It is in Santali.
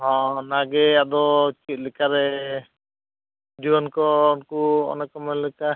ᱦᱚᱸ ᱚᱱᱟᱜᱮ ᱟᱫᱚ ᱪᱮᱫᱞᱮᱠᱟ ᱨᱮ ᱡᱩᱣᱟᱹᱱ ᱠᱚ ᱩᱱᱠᱩ ᱚᱱᱮ ᱠᱚ ᱢᱮᱱ ᱞᱮᱠᱟ